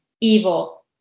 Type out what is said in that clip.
evil